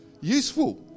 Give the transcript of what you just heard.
useful